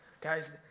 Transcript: Guys